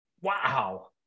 Wow